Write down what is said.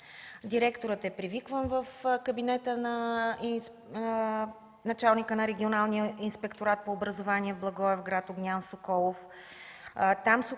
Директорът е привикван в кабинета на началника на Регионалния инспекторат по образованието в Благоевград Огнян Соколов.